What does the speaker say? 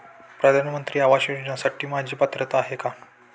प्रधानमंत्री आवास योजनेसाठी माझी पात्रता आहे का?